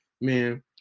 man